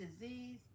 disease